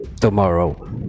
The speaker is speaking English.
tomorrow